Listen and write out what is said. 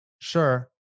Sure